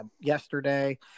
Yesterday